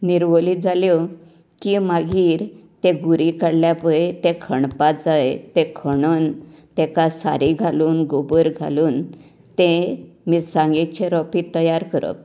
निरवली जाल्यो की मागीर तें घुरी काडल्या पळय तें खणपाक जाय तें खणून तेका सारें घालून गोबर घालून तें मिरसांगेचे रोपे तयार करप